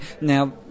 Now